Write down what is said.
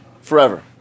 forever